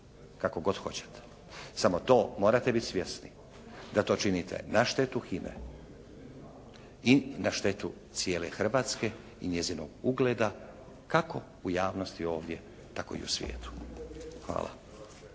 kako god hoćete. Samo to morate biti svjesni da to činite na štetu HINA-e i na štetu cijele Hrvatske i njezinog ugleda kako u javnosti ovdje tako i u svijetu. Hvala.